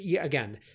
again